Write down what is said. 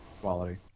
Quality